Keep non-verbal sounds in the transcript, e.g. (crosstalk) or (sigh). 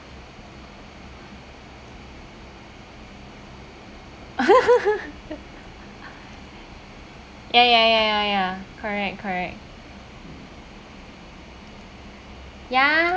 (laughs) ya ya ya ya ya correct correct ya